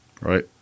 Right